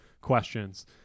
questions